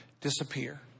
disappear